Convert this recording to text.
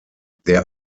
der